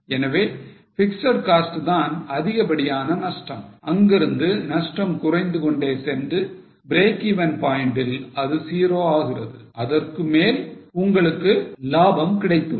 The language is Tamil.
எனவே பிக்ஸட் காஸ்ட் தான் அதிகப்படியான நஷ்டம் அங்கிருந்து நஷ்டம் குறைந்துகொண்டே சென்று breakeven point ல் அது 0 ஆகிறது அதற்குமேல் உங்களுக்கு லாபம் கிடைத்துவிடும்